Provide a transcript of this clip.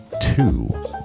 two